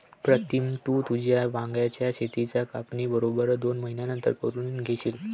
प्रीतम, तू तुझ्या वांग्याच शेताची कापणी बरोबर दोन महिन्यांनंतर करून घेशील